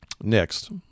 Next